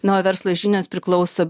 na o verslo žinios priklauso